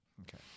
Okay